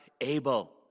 able